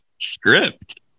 Script